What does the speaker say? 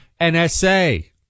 NSA